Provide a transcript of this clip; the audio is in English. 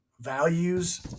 values